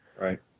Right